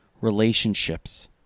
relationships